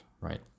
right